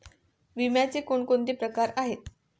विम्याचे कोणकोणते प्रकार आहेत?